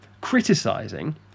criticising